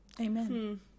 Amen